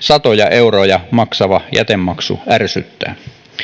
satoja euroja maksava jätemaksu ärsyttää